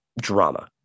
drama